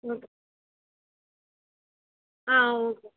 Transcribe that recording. okay ah okay